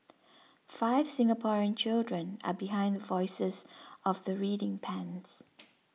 five Singaporean children are behind the voices of the reading pens